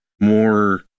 more